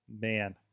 Man